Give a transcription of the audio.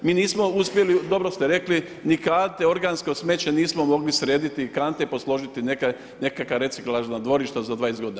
Mi nismo uspjeli, dobro ste rekli, ni kante organskog smeća nismo mogli srediti i kante posložiti nekakva reciklažna dvorišta za 20 godina.